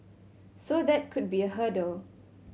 so that could be a hurdle